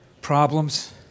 Problems